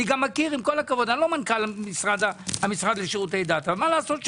אני לא מנכ"ל המשרד לשירותי דת אבל אני מכיר.